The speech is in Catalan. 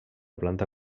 planta